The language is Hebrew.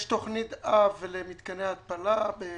יש תוכנית אב של רשות המים למתקני התפלה בארץ.